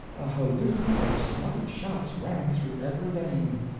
a halloo of smothered shouts ran through every vein.